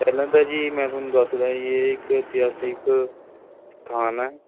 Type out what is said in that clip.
ਪਹਿਲਾਂ ਤਾਂ ਜੀ ਮੈਂ ਤੁਹਾਨੂੰ ਦੱਸਦਾ ਜੀ ਇਹ ਇਕ ਇਤਿਹਾਸਿਕ ਸਥਾਨ ਹੈ